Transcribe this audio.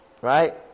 right